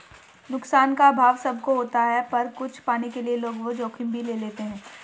नुकसान का अभाव सब को होता पर कुछ पाने के लिए लोग वो जोखिम भी ले लेते है